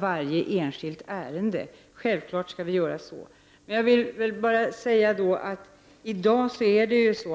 varje enskilt ärende får prövas på dessa grunder.